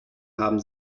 haben